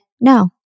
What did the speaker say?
no